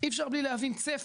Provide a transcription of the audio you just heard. אי אפשר בלי להבין צפי.